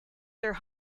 their